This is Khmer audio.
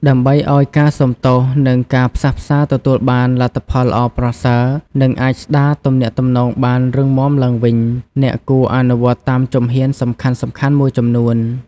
ដើម្បីឱ្យការសុំទោស និងការផ្សះផ្សាទទួលបានលទ្ធផលល្អប្រសើរ និងអាចស្ដារទំនាក់ទំនងបានរឹងមាំឡើងវិញ អ្នកគួរអនុវត្តតាមជំហានសំខាន់ៗមួយចំនួន។